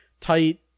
tight